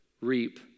reap